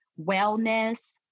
wellness